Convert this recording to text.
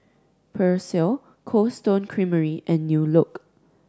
Persil Cold Stone Creamery and New Look